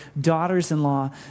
daughters-in-law